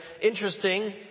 interesting